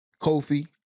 Kofi